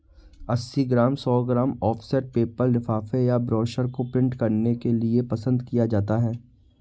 अस्सी ग्राम, सौ gram offset paper लिफाफे या ब्रोशर को प्रिंट करने के लिए पसंद किया जाता है